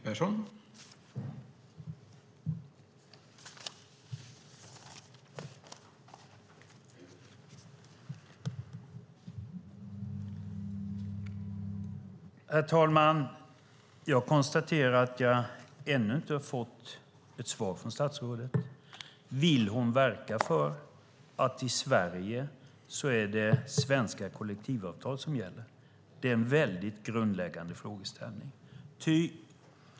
Herr talman! Jag konstaterar att jag ännu inte har fått svar från statsrådet. Vill hon verka för att svenska kollektivavtal ska gälla i Sverige? Det är en väldigt grundläggande frågeställning.